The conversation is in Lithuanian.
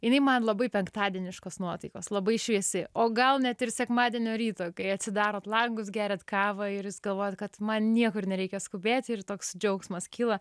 jinai man labai penktadieniškos nuotaikos labai šviesi o gal net ir sekmadienio ryto kai atsidarot langus geriat kavą ir jūs galvojat kad man niekur nereikia skubėti ir toks džiaugsmas kyla